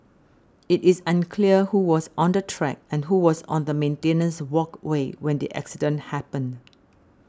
it is unclear who was on the track and who was on the maintenance walkway when the accident happened